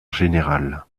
général